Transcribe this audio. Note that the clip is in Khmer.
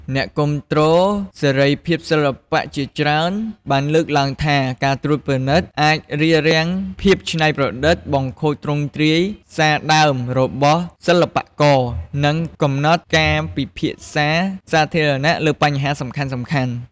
អ្នកគាំទ្រសេរីភាពសិល្បៈជាច្រើនបានលើកឡើងថា ការត្រួតពិនិត្យអាចរារាំងភាពច្នៃប្រឌិត បង្ខូចទ្រង់ទ្រាយសារដើមរបស់សិល្បករ និងកំណត់ការពិភាក្សាសាធារណៈលើបញ្ហាសំខាន់ៗ។